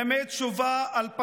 ימי תשובה, 2004,